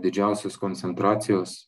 didžiausios koncentracijos